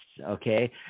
okay